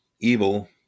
evil